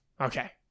Okay